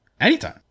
Anytime